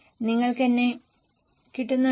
നിങ്ങൾക്ക് എന്നെ കിട്ടുന്നുണ്ടോ